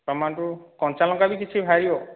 tomato କଞ୍ଚା ଲଙ୍କା ବି କିଛି ବାହାରିବ